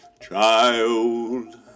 child